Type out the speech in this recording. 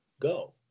go